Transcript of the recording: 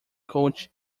coach